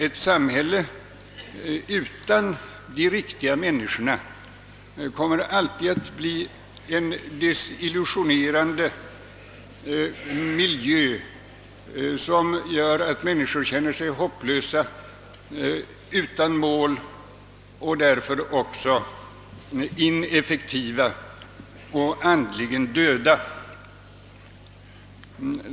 Ett samhälle utan de riktiga människorna kommer alltid att bli en desillusionerande miljö, som gör att människor känner sig hopplösa, utan mål och på grund därav också ineffektiva och andligen döda.